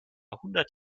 hundert